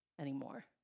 anymore